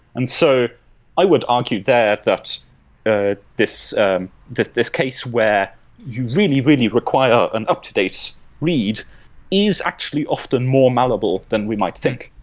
and so i would argue there that ah this that this case where you really, really require an up-to-date read is actually often more malleable than we might think.